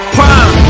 Prime